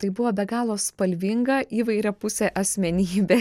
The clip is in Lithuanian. tai buvo be galo spalvinga įvairiapusė asmenybė